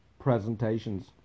presentations